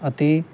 ਅਤੇ